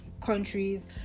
countries